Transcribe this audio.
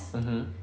mmhmm